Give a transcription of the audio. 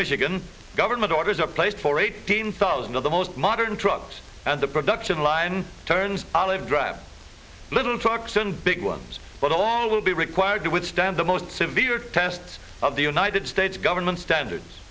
michigan government orders a place for eighteen thousand of the most modern drugs at the production line turns olive drab little talks and big ones but all will be required to withstand the most severe tests of the united states government standards